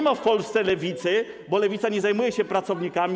Nie ma w Polsce lewicy, bo lewica nie zajmuje się pracownikami.